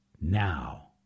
now